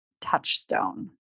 Touchstone